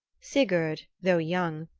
sigurd, though young,